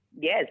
Yes